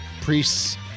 priests